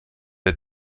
der